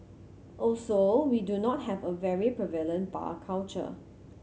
also we do not have a very prevalent bar culture